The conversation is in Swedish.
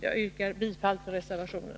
Jag yrkar bifall till reservationen.